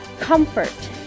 Comfort